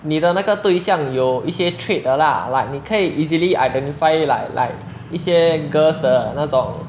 你的那个对像有一些 trait 的啦:de lah like 你可以 easily identify like like 一些 girls 的那种